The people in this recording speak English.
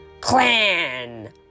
clan